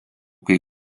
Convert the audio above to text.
kai